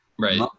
Right